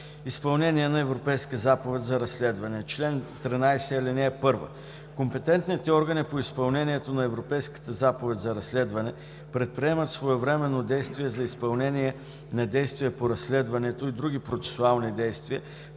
„Изпълнение на Европейска заповед за разследване Чл. 13. (1) Компетентните органи по изпълнението на Европейската заповед за разследване предприемат своевременно действия за изпълнение на действия по разследването и други процесуални действия